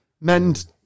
Mend